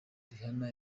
rihanna